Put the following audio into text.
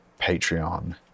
Patreon